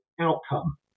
outcome